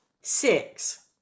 six